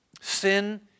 Sin